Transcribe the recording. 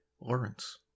lawrence